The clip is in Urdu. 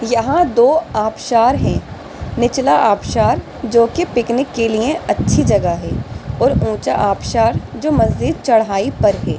یہاں دو آبشار ہیں نچلا آبشار جوکہ پکنک کے لئےاچھی جگہ ہے اور اونچا آبشار جو مزید چڑھائی پر ہے